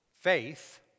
faith